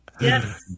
Yes